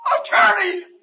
attorney